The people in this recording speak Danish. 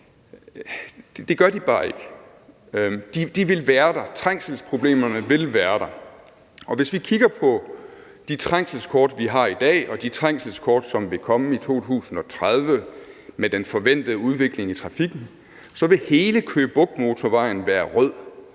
Det gør de bare ikke, de vil være der – trængselsproblemerne vil være der. Hvis vi kigger på de trængselskort, som vi har i dag, og de trængselskort, som vil komme i 2030, med den forventede udvikling i trafikken, kan vi se, at hele Køge Bugt Motorvejen vil være rød,